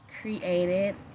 created